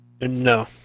No